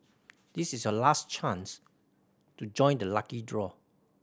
this is your last chance to join the lucky draw